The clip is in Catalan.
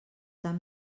tant